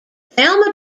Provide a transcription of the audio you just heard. thelma